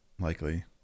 likely